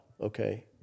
Okay